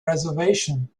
reservation